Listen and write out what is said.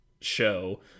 show